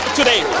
today